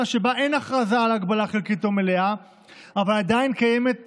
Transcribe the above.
שבה אין הכרזה על הגבלה חלקית או מלאה אבל עדיין קיימות